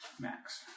max